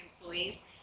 employees